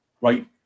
right